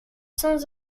sans